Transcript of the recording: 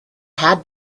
had